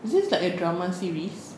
is this like a drama series